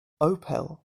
opel